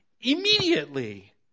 immediately